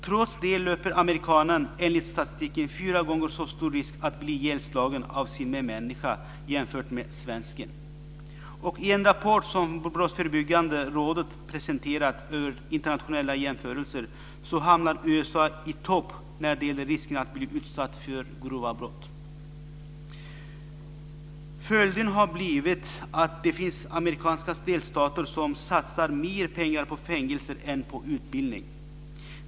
Trots det löper amerikanen enligt statistiken fyra gånger så stor risk att bli ihjälslagen av sin medmänniska jämfört med svensken. Och i en rapport som Brottsförebyggande rådet presenterat över internationella jämförelser så hamnar USA i topp när det gäller risken att bli utsatt för grova brott. Följden har blivit att det finns amerikanska delstater som satsar mer pengar på fängelser än på utbildning.